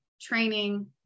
training